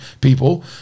people